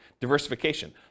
diversification